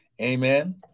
amen